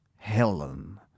Helen